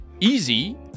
Easy